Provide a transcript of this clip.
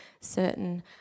certain